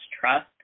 trust